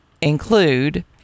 include